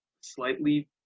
slightly